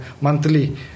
monthly